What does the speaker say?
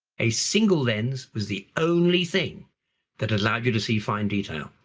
a single lens was the only thing that allowed you to see fine detail.